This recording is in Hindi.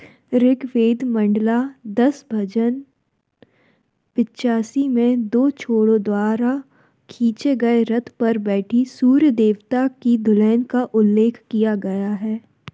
ऋग्वेद मंडला दस भजन पचासी में दो छोड़ो द्वारा खींचे गए रथ पर बैठी सूर्य देवता की दुल्हन का उल्लेख किया गया है